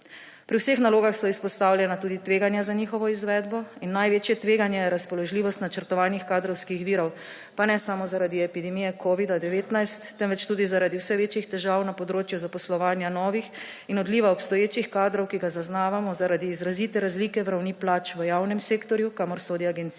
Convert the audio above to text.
Pri vseh nalogah so izpostavljena tudi tveganja za njihovo izvedbo in največje tveganje je razpoložljivost načrtovanih kadrovskih virov, pa ne samo zaradi epidemije covida-19, temveč tudi zaradi vse večjih težav na področju zaposlovanja novih in odliva obstoječih kadrov, ki ga zaznavamo zaradi izrazite razlike ravni plač v javnem sektorju, kamor sodi agencija,